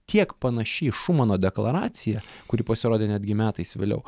tiek panaši į šumano deklaraciją kuri pasirodė netgi metais vėliau